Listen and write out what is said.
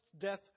death